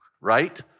right